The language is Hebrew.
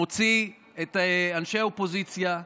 מוציא את אנשי האופוזיציה במיידיות,